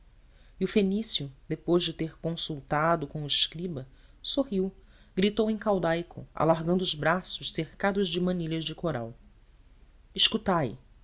e o fenício depois de ter consultado com o escriba sorriu gritou em caldaico alargando os braços cercados de manilhas de coral escutai